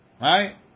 Right